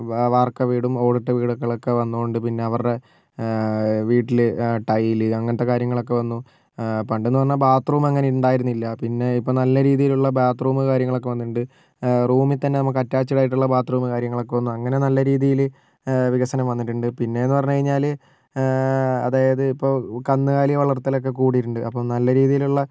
വാർക്ക വീടും ഓടിട്ട വീടുകളൊക്കെ വന്നോണ്ട് പിന്നെ അവർടെ വീട്ടിൽ ടൈല് അങ്ങനത്തെ കാര്യങ്ങളൊക്കെ വന്നു പണ്ട് എന്ന് പറഞ്ഞാൽ ബാത്ത് റൂം അങ്ങനെ ഉണ്ടായിരുന്നില്ല പിന്നെ ഇപ്പം നല്ല രീതിയിലുള്ള ബാത്ത് റൂം കാര്യങ്ങളൊക്കെ ഒക്കെ വന്നിട്ടുണ്ട് റൂമിൽ തന്നെ നമുക്ക് അറ്റാച്ഡ് ആയിട്ടുള്ള ബാത്ത് റൂം കാര്യങ്ങളൊക്കെ വന്നു അങ്ങനെ നല്ല രീതിയില് വികസനം വന്നിട്ടുണ്ട് പിന്നേന്ന് പറഞ്ഞു കഴിഞ്ഞാൽ അതായത് ഇപ്പോൾ കന്നുകാലി വളർത്തലൊക്കെ കൂടീട്ടുണ്ട് അപ്പോൾ നല്ല രീതിയിലുള്ള